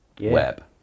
web